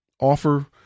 Offer